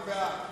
אני בעד,